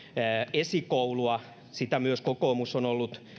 esikoulua sitä myös kokoomus on ollut